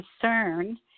concern